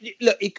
look